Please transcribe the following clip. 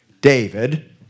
David